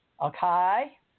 Okay